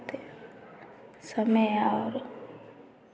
समय और